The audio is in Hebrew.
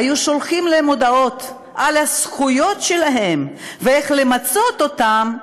היו שולחים להם הודעות על הזכויות שלהם ואיך למצות אותן,